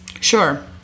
Sure